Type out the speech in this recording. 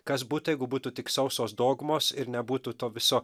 kas būtų jeigu būtų tik sausos dogmos ir nebūtų to viso